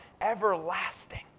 everlasting